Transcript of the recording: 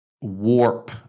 warp